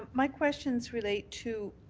um my questions relate to